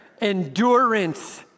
Endurance